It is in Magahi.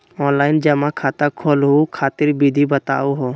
ऑनलाइन जमा खाता खोलहु खातिर विधि बताहु हो?